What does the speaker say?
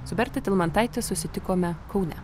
su berta talmantaite susitikome kaune